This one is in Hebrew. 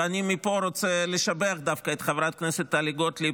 ואני מפה רוצה לשבח דווקא את חברת הכנסת טלי גוטליב,